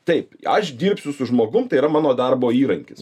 taip aš dirbsiu su žmogum tai yra mano darbo įrankis